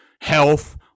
Health